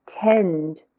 tend